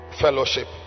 fellowship